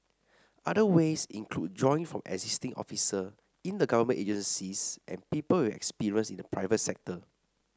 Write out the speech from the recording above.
other ways include drawing from existing officer in the government agencies and people with experience in the private sector